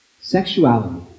Sexuality